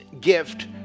gift